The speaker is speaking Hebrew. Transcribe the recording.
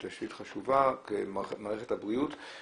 אנחנו דנו עכשיו שכרטיס רפואי ומידע אישי,